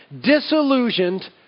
disillusioned